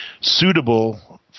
suitable